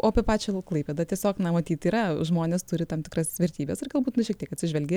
o apie pačią klaipėdą tiesiog na matyt yra žmonės turi tam tikras vertybes ir galbūt na šiek tiek atsižvelgia